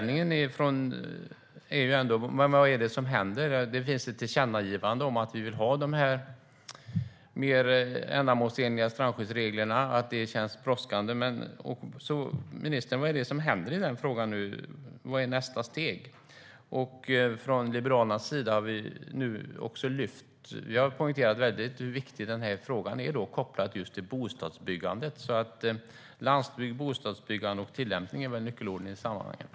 Nu finns det ett tillkännagivande om att vi vill ha de här mer ändamålsenliga strandskyddsreglerna och att det känns brådskande, så vad händer i den frågan nu, ministern? Vad är nästa steg? Från Liberalernas sida har vi poängterat hur väldigt viktig den här frågan är kopplat just till bostadsbyggandet. Landsbygd, bostadsbyggande och tillämpning är nyckelord i sammanhanget.